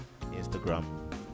Instagram